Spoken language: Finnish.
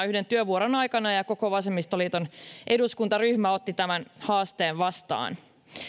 yhden työvuoron ajan ja koko vasemmistoliiton eduskuntaryhmä otti tämän haasteen vastaan